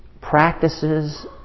practices